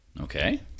Okay